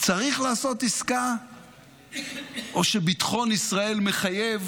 צריך לעשות עסקה או שביטחון ישראל מחייב